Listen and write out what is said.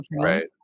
right